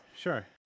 sure